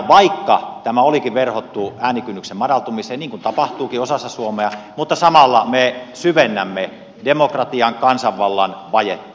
vaikka tämä olikin verhottu äänikynnyksen madaltumiseen niin kuin tapahtuukin osassa suomea niin samalla me syvennämme demokratian kansanvallan vajetta